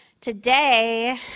Today